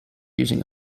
using